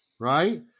right